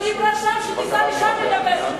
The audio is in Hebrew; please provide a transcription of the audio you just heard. היא דיברה שם, שתיסע לשם לדבר.